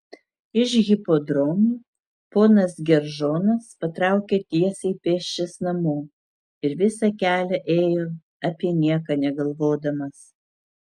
iš hipodromo ponas geržonas patraukė tiesiai pėsčias namo ir visą kelią ėjo apie nieką negalvodamas